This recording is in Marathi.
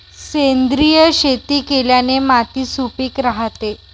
सेंद्रिय शेती केल्याने माती सुपीक राहते